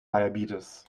diabetes